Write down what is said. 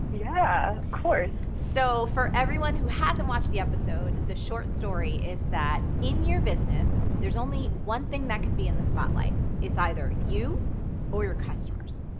yeah, of course. so, for everyone who hasn't watched the episode, the short story is that in your business there's only one thing that can be in the spotlight, it's either you or your customers.